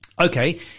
Okay